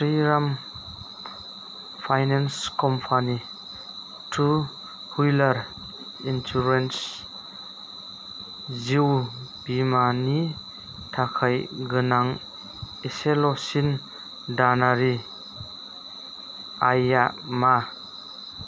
Shriram finance company टु हुइलार insurance जिउ बीमानि थाखाय गोनां इसेल'सिन दानारि आइया मा